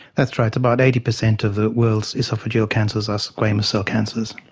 that's right, about eighty percent of the world's oesophageal cancers are squamous cell cancers.